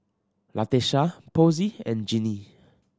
Latesha Posey and Jinnie